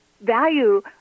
value